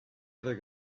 other